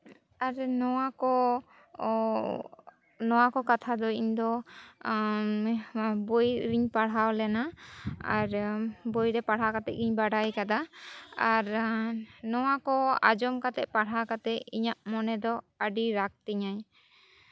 ᱟᱨ ᱱᱚᱣᱟ ᱠᱚ ᱱᱚᱣᱟ ᱠᱚ ᱠᱟᱛᱷᱟ ᱫᱚ ᱤᱧ ᱫᱚ ᱵᱳᱭ ᱨᱤᱧ ᱯᱟᱲᱦᱟᱣ ᱞᱮᱱᱟ ᱟᱨ ᱵᱳᱭ ᱨᱮ ᱯᱟᱲᱦᱟᱣ ᱠᱟᱛᱮᱫ ᱜᱤᱧ ᱵᱟᱰᱟᱭ ᱠᱟᱫᱟ ᱟᱨ ᱱᱚᱣᱟ ᱠᱚ ᱟᱸᱡᱚᱢ ᱠᱟᱛᱮᱫ ᱯᱟᱲᱦᱟᱣ ᱠᱟᱛᱮᱫ ᱤᱧᱟᱹᱜ ᱢᱚᱱᱮ ᱫᱚ ᱟᱹᱰᱤ ᱨᱟᱜᱽ ᱛᱤᱧᱟᱹᱭ